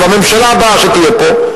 והממשלה הבאה שתהיה פה,